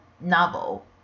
novel